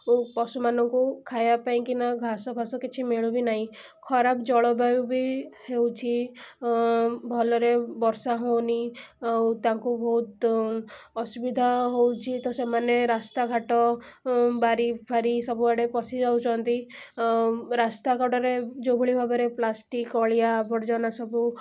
ଓ ପଶୁମାନଙ୍କୁ ଖାଇବା ପାଇଁକିନା ଘାସଫାଶ କିଛି ମିଳୁ ବି ନାହିଁ ଖରାପ ଜଳବାୟୁ ବି ହେଉଛି ଭଲରେ ବର୍ଷା ହେଉନି ଆଉ ତାଙ୍କୁ ବହୁତ ଅସୁବିଧା ହେଉଛି ତ ସେମାନେ ରାସ୍ତାଘାଟ ବାରିଫାରି ସବୁଆଡ଼େ ପଶିଯାଉଛନ୍ତି ରାସ୍ତା କଡ଼ରେ ଯେଉଁଭଳି ଭାବରେ ପ୍ଲାଷ୍ଟିକ୍ ଅଳିଆ ଆବର୍ଜନା ସବୁ